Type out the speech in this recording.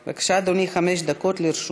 בבקשה, אדוני, חמש דקות לרשותך.